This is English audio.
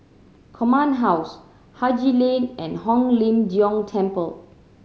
Command House Haji Lane and Hong Lim Jiong Temple